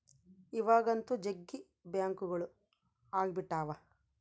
ಇವಾಗಂತೂ ಜಗ್ಗಿ ಬ್ಯಾಂಕ್ಗಳು ಅಗ್ಬಿಟಾವ